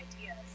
ideas